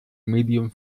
medium